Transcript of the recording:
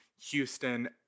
Houston